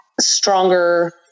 stronger